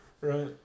right